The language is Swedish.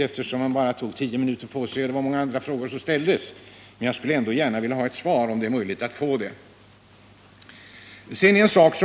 Han tog ju bara tio minuter på sig, och det var många andra frågor som ställdes. Men jag skulle ändå gärna vilja ha ett svar om det är möjligt att få det.